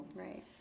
Right